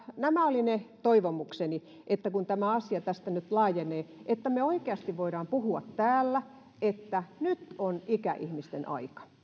nämä olivat ne toivomukseni kun tämä asia tästä nyt laajenee että me oikeasti voimme puhua täällä että nyt on ikäihmisten aika